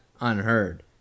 Unheard